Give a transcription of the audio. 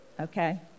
Okay